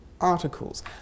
articles